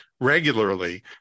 regularly